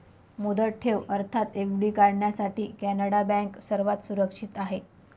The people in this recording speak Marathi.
मुदत ठेव अर्थात एफ.डी काढण्यासाठी कॅनडा बँक सर्वात सुरक्षित आहे